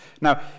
Now